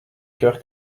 coeur